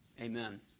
amen